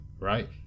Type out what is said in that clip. right